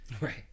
Right